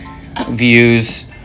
views